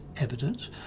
evidence